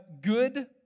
good